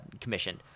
commissioned